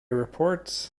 report